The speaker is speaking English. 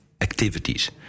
activities